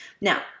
Now